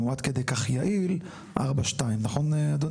אם הוא עד כך יעיל 4.2. נכון אדוני?